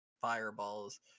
fireballs